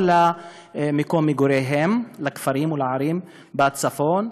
או למקום מגוריהם בכפרים ובערים בצפון,